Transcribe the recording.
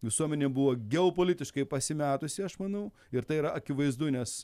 visuomenė buvo geopolitiškai pasimetusi aš manau ir tai yra akivaizdu nes